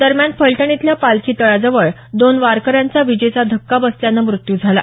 दरम्यान फलटण इथल्या पालखी तळाजवळ दोन वारकऱ्यांचा विजेचा धक्का बसल्यानं मृत्यू झाला